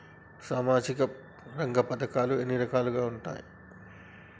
సామాజిక రంగ పథకాలు ఎన్ని రకాలుగా ఉంటాయి?